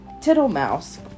Tittlemouse